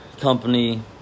company